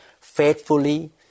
faithfully